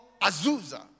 Azusa